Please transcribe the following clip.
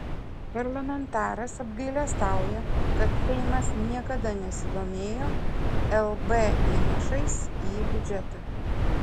parlamentaras apgailestauja kad seimas niekada nesidomėjo lb įnašais į biudžetą